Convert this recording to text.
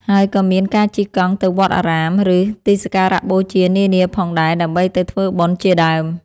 ហើយក៏មានការជិះកង់ទៅវត្តអារាម ឬទីសក្ការៈបូជានានាផងដែរ ដើម្បីទៅធ្វើបុណ្យជាដើម។